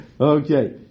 Okay